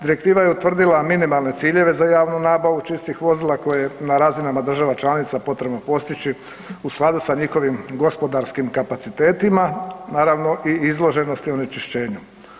Direktiva je utvrdila minimalne ciljeve za javnu nabavu čistih vozila koje je na razinama država članica potrebno postići u skladu sa njihovim gospodarskim kapacitetima naravno i izloženosti onečišćenju.